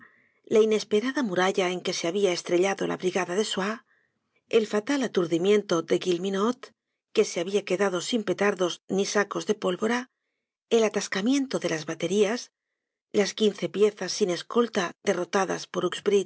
la inesperada muralla en que se habia estrellado la brigada soye el fatal aturdimiento de guilleminot que se habia quedado sin petardos ni sacos de pólvora el atascamiento de las baterías las quince piezas sin escolta derrotadas por